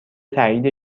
تایید